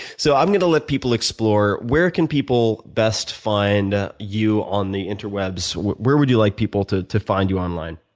so i'm going to let people explore. where can people best find you on the inter webs? where would you like people to to find you online?